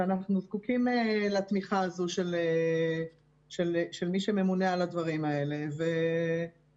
שאנחנו זקוקים לתמיכה הזו של מי שממונה על מהדברים האלה וזה